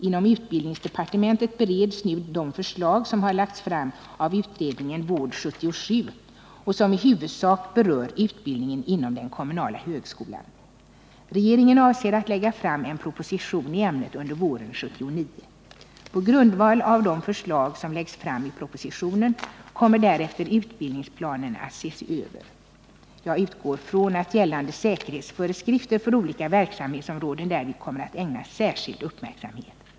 Inom utbildningsdepartementet bereds nu de förslag som har lagts fram av utredningen Vård 77 och som i huvudsak berör utbildningen inom den kommunala högskolan. Regeringen avser att lägga fram en proposition i ämnet under våren 1979. På grundval av de förslag som läggs fram i propositionen kommer därefter utbildningsplanerna att ses över. Jag utgår från att gällande säkerhetsföreskrifter för olika verksamhetsområden därvid kommer att ägnas särskild uppmärksamhet.